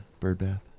birdbath